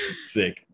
Sick